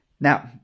Now